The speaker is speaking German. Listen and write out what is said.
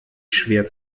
schwer